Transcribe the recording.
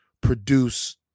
produce